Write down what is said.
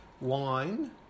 wine